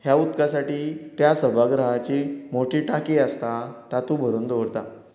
ह्या उदकासाठी त्या सभागृहाची मोठी टाकी आसता तातूंत भरून दवरता